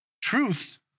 truth